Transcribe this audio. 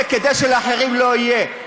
זה כדי שלאחרים לא יהיה.